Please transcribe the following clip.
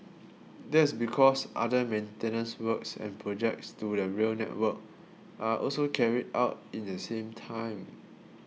that's because other maintenance works and projects to the rail network are also carried out in the same time